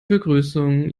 begrüßung